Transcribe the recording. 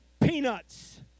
peanuts